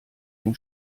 den